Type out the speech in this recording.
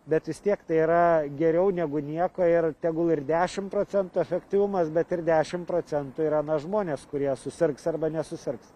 bet vis tiek tai yra geriau negu nieko ir tegul ir dešimt procentų efektyvumas bet ir dešimt procentų yra na žmonės kurie susirgs arba nesusirgs